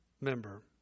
member